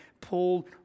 Paul